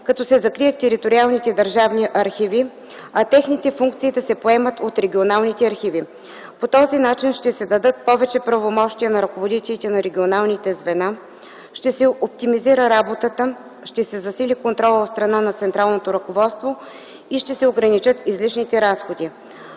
като се закрият териториалните държавни архиви, а техните функции да се поемат от регионалните архиви. По този начин ще се дадат повече правомощия на ръководителите на регионалните звена, ще се оптимизира работата, ще се засили контролът от страна на централното ръководство и ще се ограничат излишните разходи.